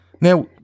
Now